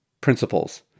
principles